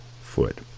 foot